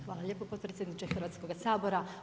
Hvala lijepo potpredsjedniče Hrvatskoga sabora.